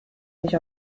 mich